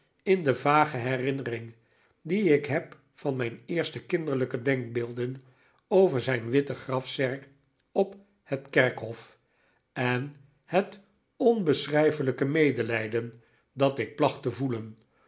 in de vage herinnering die ik heb van mijn eerste kinderlijke denkbeelden over zijn witte grafzerk op het kerkhof en het onbeschrijfelijke medelijden dat ik placht te voelen